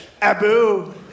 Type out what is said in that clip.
Abu